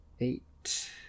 eight